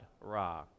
Ra